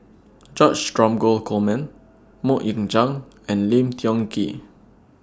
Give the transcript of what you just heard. George Dromgold Coleman Mok Ying Jang and Lim Tiong Ghee